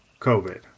COVID